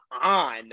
on